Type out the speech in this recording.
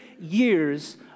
years